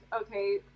okay